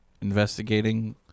investigating